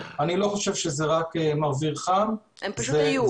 אני לא חושב שזה רק אוויר חם --- הם פשוט היו.